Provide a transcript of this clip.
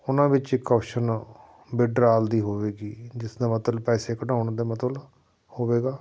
ਉਹਨਾਂ ਵਿੱਚ ਇੱਕ ਆਪਸ਼ਨ ਵਿਦਡਰਾਲ ਦੀ ਹੋਵੇਗੀ ਜਿਸਦਾ ਮਤਲਬ ਪੈਸੇ ਕਢਾਉਣ ਦਾ ਮਤਲਬ ਹੋਵੇਗਾ